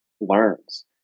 learns